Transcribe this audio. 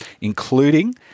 including